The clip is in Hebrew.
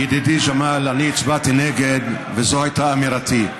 ידידי ג'מאל, אני הצבעתי נגד, וזו הייתה אמירתי.